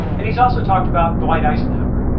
and he's also talked about dwight eisenhower.